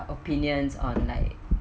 opinions on like